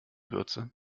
würze